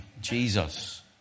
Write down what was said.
Jesus